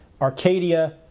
Arcadia